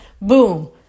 boom